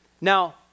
Now